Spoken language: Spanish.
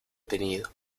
tenido